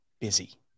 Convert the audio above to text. busy